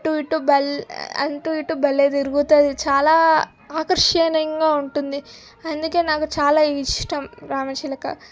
అటూ ఇటూ భలే అటూ ఇటూ భలే తిరుగుతుంది చాలా ఆకర్షణీయంగా ఉంటుంది అందుకే నాకు చాలా ఇష్టం రామచిలుక